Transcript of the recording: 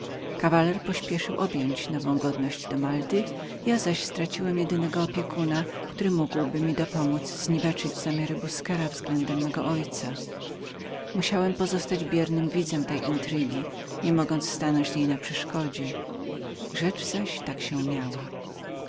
kawaler pośpieszył objąć nową godność do malty ja zaś straciłem jedynego opiekuna w którym miałem nadzieję że dopomoże mi do zniweczenia zamiarów busquera względem małżeństwa mego ojca musiałem pozostać spokojnym widzem wszystkich zachodów i podstępów nie mogąc im się oprzeć rzecz zaś tak się miała